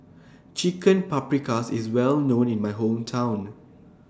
Chicken Paprikas IS Well known in My Hometown